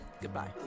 goodbye